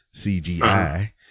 CGI